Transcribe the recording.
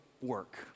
work